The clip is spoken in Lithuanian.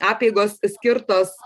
apeigos skirtos